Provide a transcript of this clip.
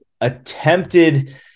attempted